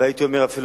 והייתי אומר אפילו